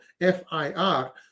FIR